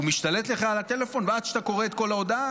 הוא משתלט לך על הטלפון ועד שאתה קורא את כל ההודעה